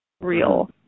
real